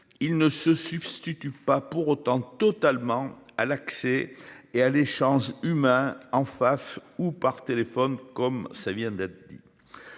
Il ne se substitue pas pour autant totalement à l'accès et à l'échange humain en face ou par téléphone comme ça vient d'être dit.